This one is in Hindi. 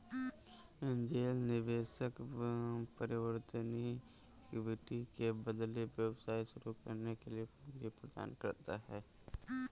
एंजेल निवेशक परिवर्तनीय इक्विटी के बदले व्यवसाय शुरू करने के लिए पूंजी प्रदान करता है